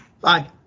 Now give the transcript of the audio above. Bye